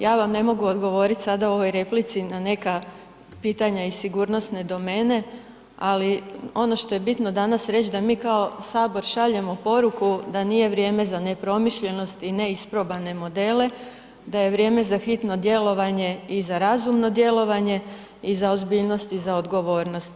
Ja vam ne mogu odgovoriti sada u ovoj replici na neka pitanja iz sigurnosne domene, ali ono što je bitno danas reći da mi kao sabor šaljemo poruku da nije vrijeme za nepromišljenost i neisprobane modele, da je vrijeme za hitno djelovanje i za razumno djelovanje i za ozbiljnost i za odgovornost.